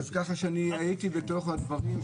אז ככה שאני הייתי בתוך הדברים,